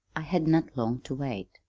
i had not long to wait.